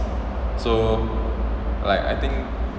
so like I think